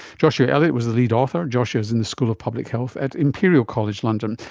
joshua elliott was the lead author. joshua is in the school of public health at imperial college london.